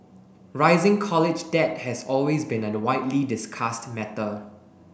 rising college debt has always been a widely discussed matter